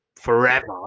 forever